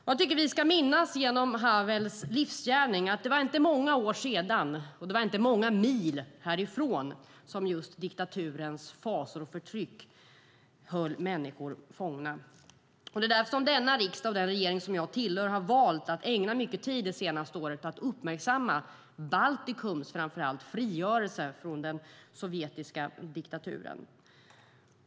Jag tycker att vi genom Havels livsgärning ska minnas att det inte var många år sedan och inte många mil härifrån som diktaturens fasor och förtryck höll människor fångna. Det är därför denna riksdag och den regering jag tillhör har valt att ägna mycket tid det senaste året åt att uppmärksamma framför allt Baltikums frigörelse från den sovjetiska diktaturen.